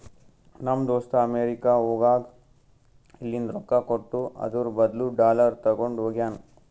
ನಮ್ ದೋಸ್ತ ಅಮೆರಿಕಾ ಹೋಗಾಗ್ ಇಲ್ಲಿಂದ್ ರೊಕ್ಕಾ ಕೊಟ್ಟು ಅದುರ್ ಬದ್ಲು ಡಾಲರ್ ತಗೊಂಡ್ ಹೋಗ್ಯಾನ್